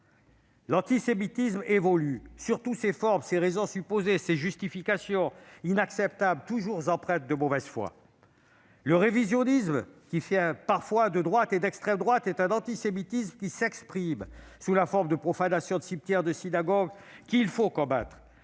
L'antisémitisme évolue, surtout ses formes, ses raisons supposées, ses justifications inacceptables et toujours empreintes de mauvaise foi. Le révisionnisme, qui vient parfois de la droite et de l'extrême droite, est un antisémitisme qui s'exprime sous la forme de profanation de cimetières et de synagogue. Il faut le combattre.